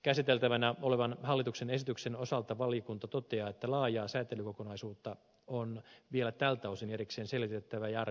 käsiteltävänä olevan hallituksen esityksen osalta valiokunta toteaa että laajaa säätelykokonaisuutta on vielä tältä osin erikseen selvitettävä ja arvioitava